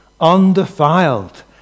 undefiled